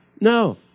No